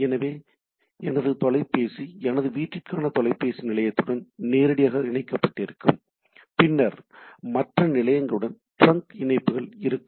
எனவே எனது தொலைபேசி எனது வீட்டிற்கான தொலைபேசி நிலையத்துடன் நேரடியாக இணைக்கப்பட்டிருக்கும் பின்னர் மற்ற நிலையங்களுடன் டிரங்க் இணைப்புகள் இருக்கும்